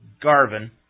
Garvin